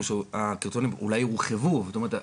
שהקריטריונים אולי הורחבו וזאת אומרת,